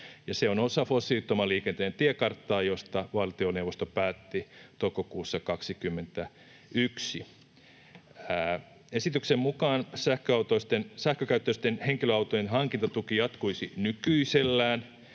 Se on osa fossiilittoman liikenteen tiekarttaa, josta valtioneuvosto päätti toukokuussa 21. Esityksen mukaan sähkökäyttöisten henkilöautojen hankintatuki jatkuisi nykyisellään